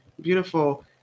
beautiful